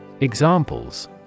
Examples